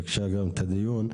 ביקשה גם את הדיון.